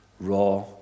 raw